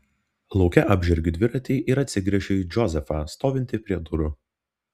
lauke apžergiu dviratį ir atsigręžiu į džozefą stovintį prie durų